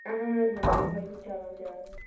اہن حظ آ یِہَے چھُ چلان زیادٕ